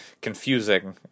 confusing